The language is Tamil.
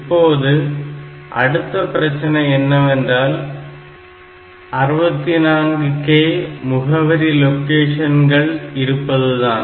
இப்போது அடுத்த பிரச்சனை என்னவென்றால் 64K முகவரி லொகேஷன்கள் இருப்பதுதான்